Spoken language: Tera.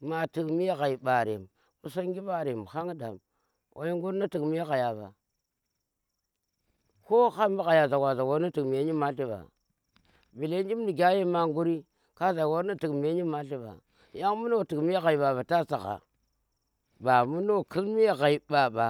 ma tik me ghai ɓarem, qusangi ɓarem han dam wai ngur ni tik me ghai ɓa ko haran mbu xhayan za war nuka tik me nymalti mba bele jim nige a yama nguri kaza war nu tik me nyimalti ɓa yan nbu no tik me nymalti ta xhai mba ba ta sagha jip ni wa sagha bamu no kus me xhai mba ba.